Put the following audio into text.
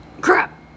crap